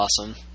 awesome